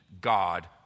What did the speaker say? God